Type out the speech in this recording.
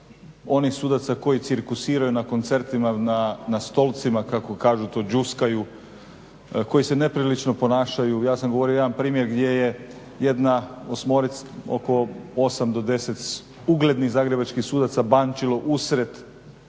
onih sudaca koji cirkusiraju na koncertima na stolcima, kako kažu to đuskaju, koji se neprilično ponašaju. Ja sam govorio jedan primjer gdje je oko 8 do 10 uglednih zagrebačkih sudaca bančilo usred dana